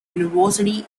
university